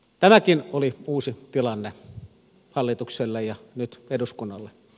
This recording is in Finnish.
tämäkin oli uusi tilanne hallitukselle ja nyt eduskunnalle